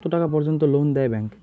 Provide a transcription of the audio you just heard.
কত টাকা পর্যন্ত লোন দেয় ব্যাংক?